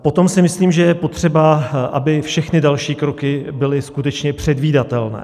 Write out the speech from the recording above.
Potom si myslím, že je potřeba, aby všechny další kroky byly skutečně předvídatelné.